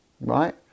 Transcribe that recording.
Right